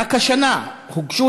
רק השנה הוגשו,